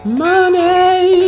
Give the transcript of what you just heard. money